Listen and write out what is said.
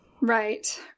right